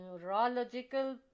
neurological